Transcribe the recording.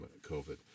COVID